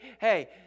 hey